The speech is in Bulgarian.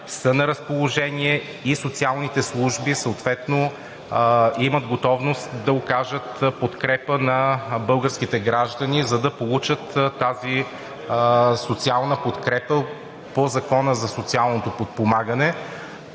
са на разположение и социалните служби съответно имат готовност да окажат подкрепа на българските граждани, за да получат тази социална подкрепа по Закона за социално подпомагане.